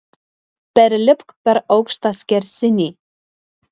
perlipk per aukštą skersinį